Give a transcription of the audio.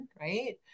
right